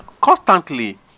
constantly